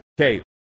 Okay